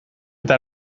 eta